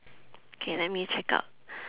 okay let me check out